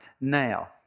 now